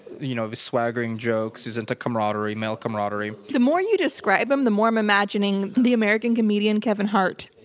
you know, his swaggering jokes. he's into camaraderie, male camaraderie. the more you describe him, the more i'm imagining the american comedian kevin hart.